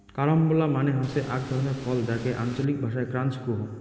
carambola মানে হসে আক ধরণের ফল যাকে আঞ্চলিক ভাষায় ক্রাঞ্চ কুহ